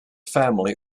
family